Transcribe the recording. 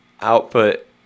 output